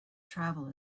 travel